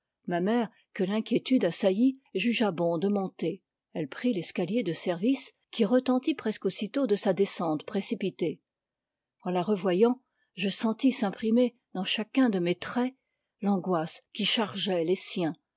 ma mère que l'inquiétude assaillit jugea bon de monter elle prit l'escalier de service qui retentit presque aussitôt de sa descente précipitée en la revoyant je sentis s'imprimer dans chacun de mes traits l'angoisse qui chargeait les siens